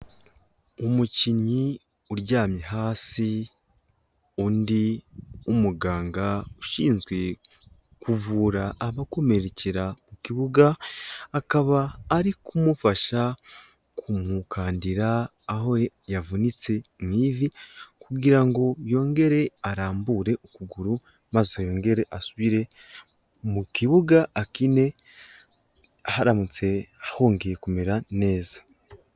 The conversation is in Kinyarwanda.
Umukinnyi uryamye hasi undi w'umuganga ushinzwe kuvura abakomerekera mu kibuga, akaba ari kumufasha kumukandira aho yavunitse mu ivi kugira ngo yongere arambure ukuguru maze yongere asubire mu kibuga akine, haramutse hongeye kumera neza.